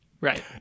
Right